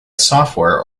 software